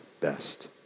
best